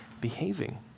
behaving